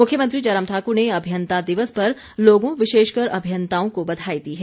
मुख्यमंत्री जयराम ठाक्र ने अभियंता दिवस पर लोगों विशेषकर अभियंताओं को बधाई दी है